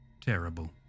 terrible